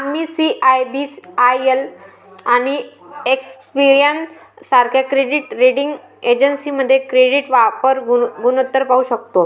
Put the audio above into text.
आम्ही सी.आय.बी.आय.एल आणि एक्सपेरियन सारख्या क्रेडिट रेटिंग एजन्सीमध्ये क्रेडिट वापर गुणोत्तर पाहू शकतो